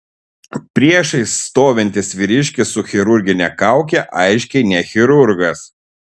priešais stovintis vyriškis su chirurgine kauke aiškiai ne chirurgas